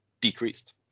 decreased